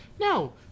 no